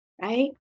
right